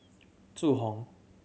Zhu Hong